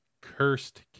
cursed